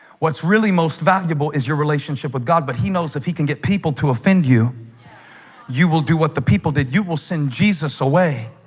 what's really most valuable is your relationship with god, but he knows if he can get people to offend you you? will do what the people that you will send jesus away?